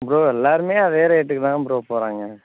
bro எல்லோருமே அதே ரேட்டுக்கு தான் ப்ரோ போகிறாங்க